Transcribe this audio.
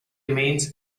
remains